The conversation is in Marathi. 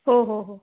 हो हो हो